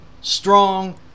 strong